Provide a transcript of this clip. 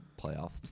playoffs